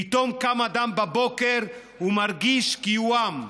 פתאום קם אדם בבוקר ומרגיש כי הוא עם.